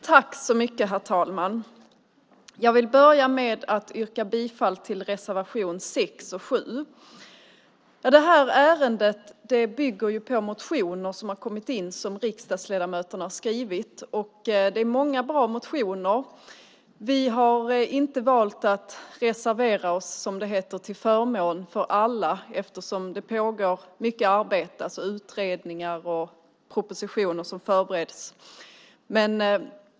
Herr talman! Jag vill börja med att yrka bifall till reservationerna 6 och 7. Det ärende vi nu debatterar bygger på motioner som riksdagsledamöterna väckt. Det är många bra motioner. Vi har valt att inte reservera oss till förmån för alla eftersom mycket arbete pågår i form av utredningar och propositioner. Dessa förbereds alltså.